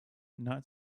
not